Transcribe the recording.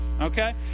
Okay